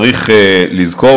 צריך לזכור,